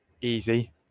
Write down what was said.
easy